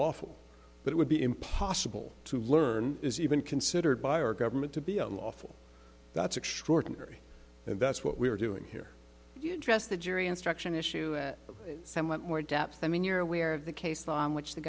lawful but would be impossible to learn is even considered by our government to be a lawful that's extraordinary and that's what we're doing here you address the jury instruction issue somewhat more depth i mean you're aware of the case in which the